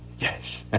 Yes